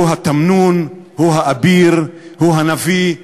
הוא התמנון, הוא האביר, הוא הנביא.